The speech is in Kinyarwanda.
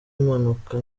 impanuka